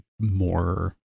more